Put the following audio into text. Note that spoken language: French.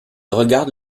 regarde